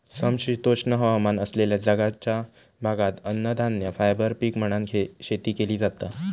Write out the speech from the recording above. समशीतोष्ण हवामान असलेल्या जगाच्या भागात अन्नधान्य, फायबर पीक म्हणान शेती केली जाता